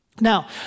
Now